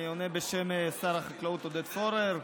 אני עונה בשם שר החקלאות עודד פורר.